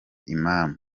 imam